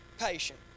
patient